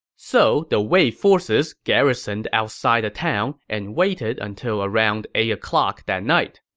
so the wei forces garrisoned outside the town and waited until around eight o'clock that night.